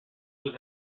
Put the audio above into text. was